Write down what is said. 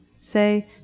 Say